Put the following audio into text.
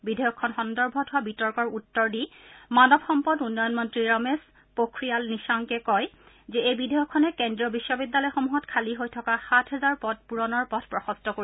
বিধেয়কখন সন্দৰ্ভত হোৱা বিতৰ্কৰ উত্তৰ দি মানৱ সম্পদ উন্নয়ন মন্ত্ৰী ৰমেশ পোখৰিয়াল নিশাংকে কয় যে এই বিধেয়কখনে কেন্দ্ৰীয় বিশ্ববিদ্যালয়সমূহত খালী হৈ থকা সাত হাজাৰ পদ পূৰণৰ পথ প্ৰশস্ত কৰিব